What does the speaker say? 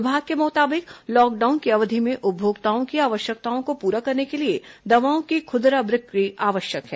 विभाग के मुताबिक लॉकडाउन की अवधि में उपभोक्ताओं की आवश्यकताओं को पूरा करने के लिए दवाओं की खुदरा बिक्री आवश्यक है